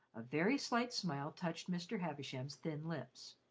a very slight smile touched mr. havisham's thin lips.